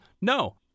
no